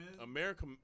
America